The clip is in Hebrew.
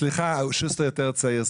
סליחה, שוסטר יותר צעיר.